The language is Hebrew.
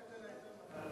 שולח את זה לעיתון מחר.